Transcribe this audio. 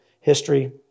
history